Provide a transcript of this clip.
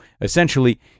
essentially